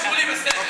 שמולי בסדר.